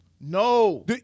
No